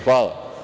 Hvala.